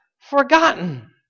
forgotten